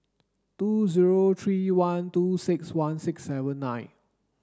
two zero three one two six one six seven nine